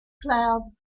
cloud